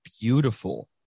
beautiful